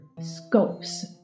scopes